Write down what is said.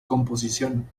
composición